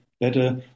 better